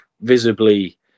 visibly